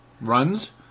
runs